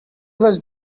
was